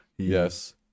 yes